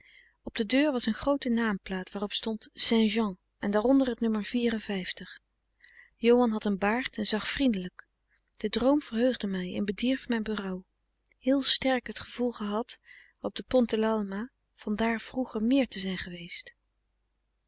op de deur was een groote naamplaat waarop stond saint jean en daaronder het nummer ohan had een baard en zag vriendelijk de droom verheugde mij en bedierf mijn berouw heel sterk het gevoel gehad op de pont de l'alma van daar vroeger meer te zijn geweest